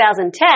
2010